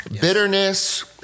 Bitterness